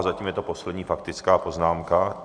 Zatím je to poslední faktická poznámka.